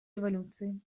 революции